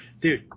Dude